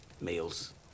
Meals